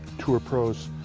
tour pros,